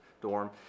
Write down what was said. dorm